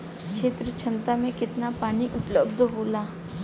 क्षेत्र क्षमता में केतना पानी उपलब्ध होला?